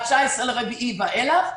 מה-19 באפריל ואילך.